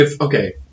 Okay